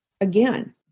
again